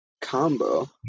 combo